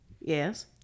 Yes